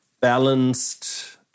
balanced